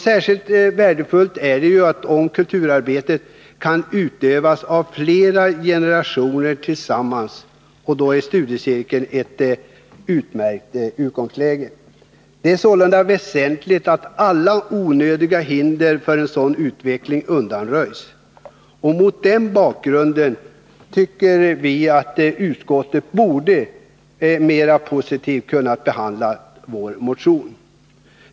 Särskilt värdefullt är det om kulturarbetet kan utövas av flera generationer tillsammans; då är studiecirkeln ett utmärkt utgångsläge. Det är sålunda väsentligt att alla onödiga hinder för en sådan utveckling undanröjs. Mot den bakgrunden tycker vi att utskottet borde ha kunnat behandla vår motion mer positivt.